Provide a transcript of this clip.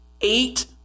eight